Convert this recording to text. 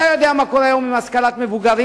אתה יודע מה קורה היום עם השכלת מבוגרים,